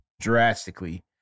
drastically